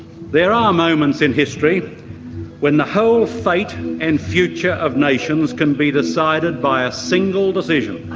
there are moments in history when the whole fate and future of nations can be decided by a single decision.